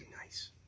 Nice